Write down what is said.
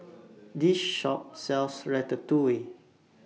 This Shop sells Ratatouille